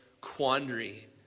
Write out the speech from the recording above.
quandary